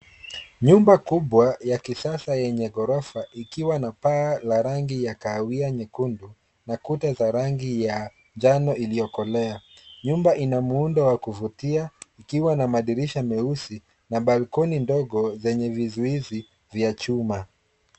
Nyumba kubwa ya kisasa yenye ghorofa ikiwa na paa la rangi ya kahawia nyekundu, na kuta za rangi ya njano iliyokolea. Nyumba ina muundo wa kuvutia, ikiwa na madirisha meusi, na balkoni ndogo yenye vizuizi vya chuma.